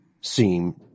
seem